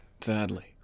sadly